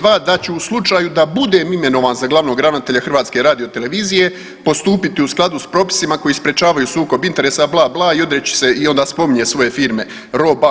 2, da ću u slučaju da budem imenovan za glavnog ravnatelja HRT-a postupiti u skladu s propisima koji sprječavaju sukob interesa, bla bla i odreći se i onda spominje svoje firme RO.BA.